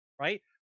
Right